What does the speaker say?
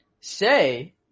Say